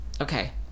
Okay